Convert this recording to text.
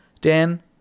Dan